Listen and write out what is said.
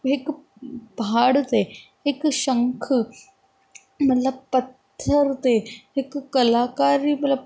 हिक पहाड़ ते हिक शंख मतिलबु पत्थर ते हिकु कलाकारु मतिलबु